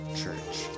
Church